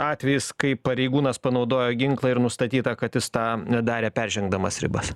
atvejis kai pareigūnas panaudojo ginklą ir nustatyta kad jis tą nedarė peržengdamas ribas